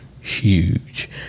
huge